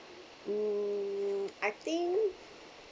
hmm I think